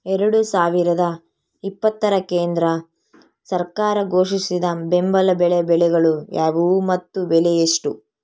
ಎರಡು ಸಾವಿರದ ಇಪ್ಪತ್ತರ ಕೇಂದ್ರ ಸರ್ಕಾರ ಘೋಷಿಸಿದ ಬೆಂಬಲ ಬೆಲೆಯ ಬೆಳೆಗಳು ಯಾವುವು ಮತ್ತು ಬೆಲೆ ಎಷ್ಟು?